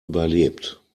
überlebt